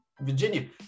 Virginia